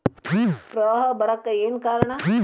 ಪ್ರವಾಹ ಬರಾಕ್ ಏನ್ ಕಾರಣ?